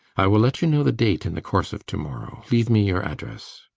i will let you know the date in the course of to-morrow. leave me your address.